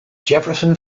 jefferson